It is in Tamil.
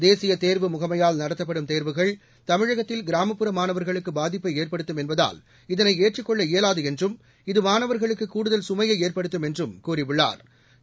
தேசிய தேர்வு முகமையால் நடத்தப்படும் தேர்வுகள் தமிழகத்தில் கிராமப்புற மாணவர்களுக்கு பாதிப்பை ஏற்படுத்தும் என்பதால் இதனை ஏற்றுக் கொள்ள இயலாது என்றும் இது மாணவர்களுக்கு கூடுதல் சுமையை ஏற்படுத்தும் என்றும் கூறியுள்ளாா்